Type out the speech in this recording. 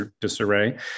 disarray